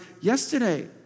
Yesterday